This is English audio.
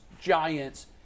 Giants